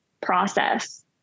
process